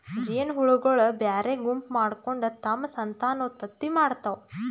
ಜೇನಹುಳಗೊಳ್ ಬ್ಯಾರೆ ಗುಂಪ್ ಮಾಡ್ಕೊಂಡ್ ತಮ್ಮ್ ಸಂತಾನೋತ್ಪತ್ತಿ ಮಾಡ್ತಾವ್